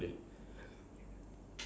tomorrow three thirty